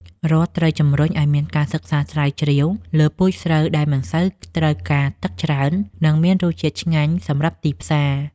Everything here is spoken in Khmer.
រដ្ឋត្រូវជំរុញឱ្យមានការសិក្សាស្រាវជ្រាវលើពូជស្រូវដែលមិនសូវត្រូវការទឹកច្រើន និងមានរសជាតិឆ្ងាញ់សម្រាប់ទីផ្សារ។